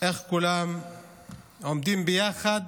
איך כולם עומדים ביחד,